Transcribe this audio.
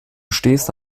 stehst